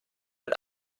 ein